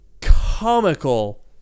comical